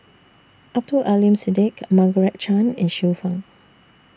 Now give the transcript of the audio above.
Abdul Aleem Siddique Margaret Chan and Xiu Fang